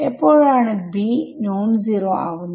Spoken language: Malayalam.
എപ്പോഴാണ് b നോൺ സീറോ ആവുന്നത്